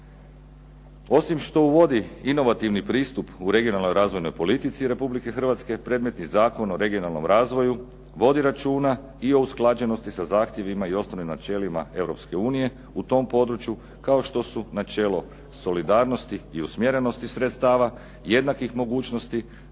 Osim što uvodi inovativni pristup u regionalnoj razvojnoj politici RH predmetni Zakon o regionalnom razvoju vodi računa i o usklađenosti sa zahtjevima i ostalim načelima EU u tom području kao što su načelo solidarnosti i usmjerenosti sredstava jednakih mogućnosti,